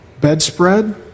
bedspread